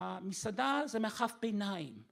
המסעדה זה מרחב ביניים